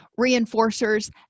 reinforcers